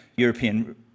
European